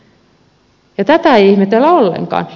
ja tätä ei ihmetellä ollenkaan